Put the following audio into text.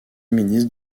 ministre